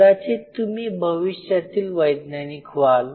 कदाचित तुम्ही भविष्यातील वैज्ञानिक व्हाल